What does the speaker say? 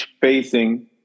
facing